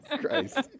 Christ